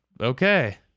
okay